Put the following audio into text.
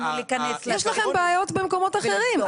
בעיות במקומות אחרים.